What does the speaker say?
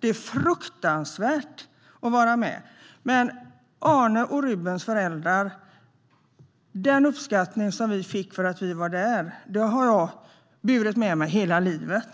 Det är fruktansvärt att vara med, men den uppskattning vi fick av Arnes och Rubens föräldrar för att vi var där har jag burit med mig hela livet.